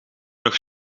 nog